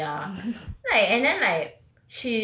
ya ya like and then like